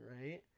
right